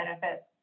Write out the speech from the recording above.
benefits